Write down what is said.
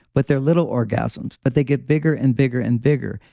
but they're little orgasms, but they get bigger and bigger and bigger.